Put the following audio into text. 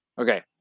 Okay